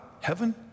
heaven